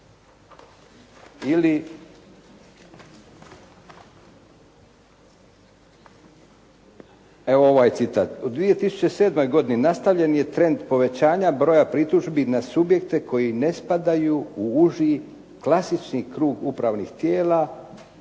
ili evo ovaj citat. “U 2007. godini nastavljen je trend povećanja broja pritužbi na subjekte koji ne spadaju u uži klasični krug upravnih tijela,